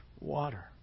water